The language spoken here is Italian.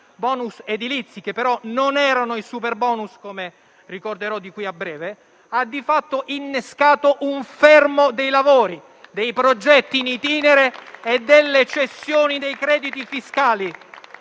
bonus edilizi - non erano però i super bonus, come ricorderò di qui a breve - ha di fatto innescato un fermo dei lavori, dei progetti *in itinere* e delle cessioni dei crediti fiscali,